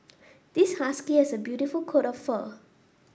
this husky has a beautiful coat of fur